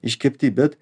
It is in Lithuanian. iškepti bet